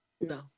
No